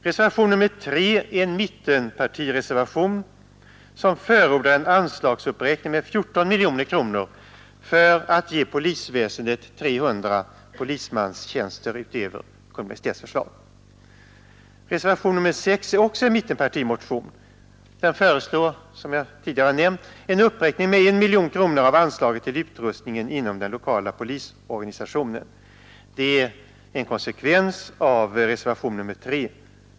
Reservationen 3 är en mittenpartireservation som förordar en anslagsuppräkning med 14 miljoner kronor för att ge polisväsendet 300 polismanstjänster utöver Kungl. Maj:ts förslag. Reservationen 6 är också grundad på mittenpartimotioner. Där föreslås, som jag tidigare har nämnt, en uppräkning med 1 miljon kronor av anslaget till utrustningen inom den lokala polisorganisationen. Det är en konsekvens av reservationen 3.